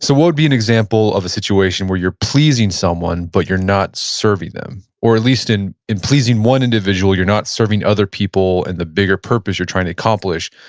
so what would be an example of a situation where you're pleasing someone, but you're not serving them, or at least in in pleasing one individual, you're not serving other people in the bigger purpose you're trying to accomplish,